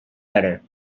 better